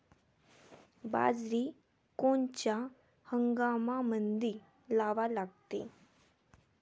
बाजरी कोनच्या हंगामामंदी लावा लागते?